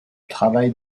travaille